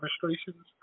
demonstrations